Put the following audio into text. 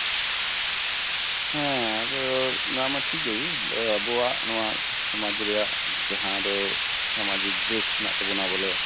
ᱦᱮᱸ ᱟᱫᱚ ᱱᱚᱣᱟ ᱢᱟ ᱴᱷᱤᱠ ᱜᱮ ᱟᱫᱚ ᱟᱵᱚᱣᱟᱜ ᱱᱚᱣᱟ ᱥᱚᱢᱟᱡ ᱨᱮᱭᱟᱜ ᱡᱟᱦᱟᱸ ᱫᱚ ᱥᱟᱢᱟᱡᱤᱠ ᱰᱨᱮᱥ ᱦᱮᱱᱟᱜ ᱛᱟᱵᱚᱱᱟ ᱵᱚᱞᱮ